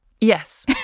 Yes